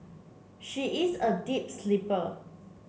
she is a deep sleeper